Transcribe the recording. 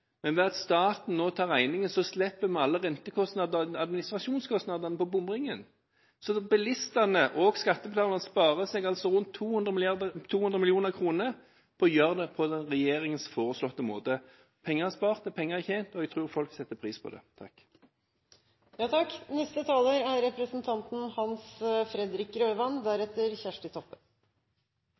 Men ved at staten nå tar regningen, slipper vi alle rentekostnadene og administrasjonskostnadene på bomringen. Bilistene og skattebetalerne sparer altså rundt 200 mill. kr på regjeringens foreslåtte måte å gjøre det på. Penger er spart og penger er tjent, og jeg tror folk setter pris på det. Gode og tjenlige transportløsninger er